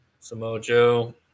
Samojo